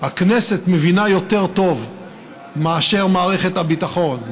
שהכנסת מבינה יותר טוב מאשר מערכת הביטחון,